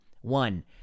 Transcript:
One